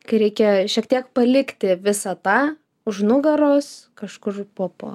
kai reikia šiek tiek palikti visą tą už nugaros kažkur po po